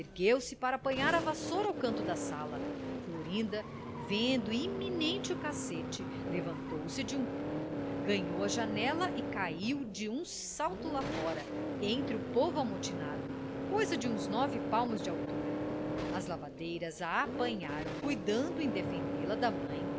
ergueu-se para apanhar a vassoura no canto da sala florinda vendo iminente o cacete levantou-se de um pulo ganhou a janela e caiu de um salto lá fora entre o povo amotinado coisa de uns nove palmos de altura as lavadeiras a apanharam cuidando em defendê la da mãe